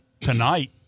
tonight